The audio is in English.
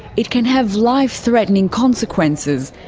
it can have life-threatening consequences,